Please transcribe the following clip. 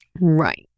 Right